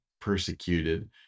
persecuted